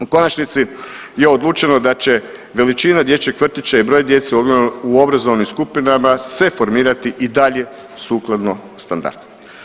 U konačnici je odlučeno da će veličina dječjeg vrtića i broj djece u obrazovnim skupinama se formirati i dalje sukladno standardu.